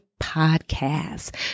Podcast